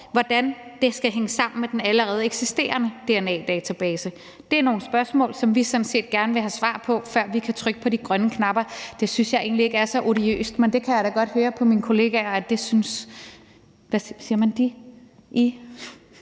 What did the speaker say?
hvordan det skal hænge sammen med den allerede eksisterende dna-database. Det er nogle spørgsmål, som vi sådan set gerne vil have svar på, før vi kan trykke på de grønne knapper. Det synes jeg egentlig ikke er så odiøst, men jeg kan da godt høre på mine kollegaer, at det synes de det